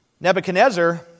Nebuchadnezzar